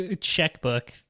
checkbook